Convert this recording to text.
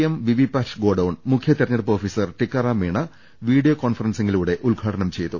M VVPAT godown മുഖ്യ തിരഞ്ഞെ ടുപ്പ് ഓഫിസർ ടിക്കാറാം മീണ വീഡിയോ കോൺഫറൻസിലൂടെ ഉദ്ഘാട നം ചെയ്തു